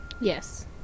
yes